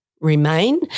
remain